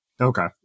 Okay